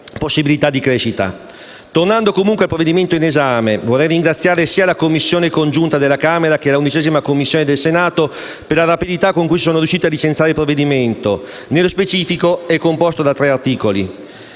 Tornando al provvedimento in esame, vorrei ringraziare sia la Commissione congiunta della Camera che la 11a Commissione del Senato per la rapidità con cui sono riuscite a licenziare il provvedimento che, nello specifico, è composto da tre articoli.